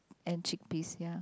and chickpeas ya